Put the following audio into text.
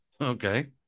Okay